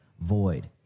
void